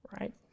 Right